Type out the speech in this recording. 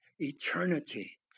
eternity